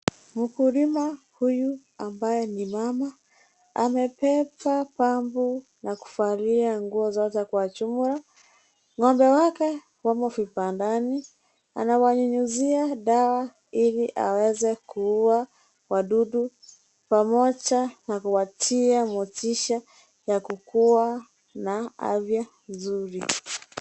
Mkulima huyu ambaye ni mama amebeba pambi na kuvalia nguo zote kwa jua . Ng'ombe wake wamo vibandani . Anawanyunyizia dawa ili aweze kuua wadudu pamoja na kuwatia motisha ya kukuwa na afya nzuri .